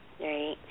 Right